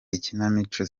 ikinamico